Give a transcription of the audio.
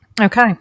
okay